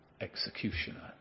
executioner